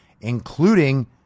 including